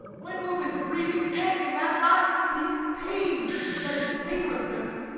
when will this breathing end in that last deep pain that is painlessness?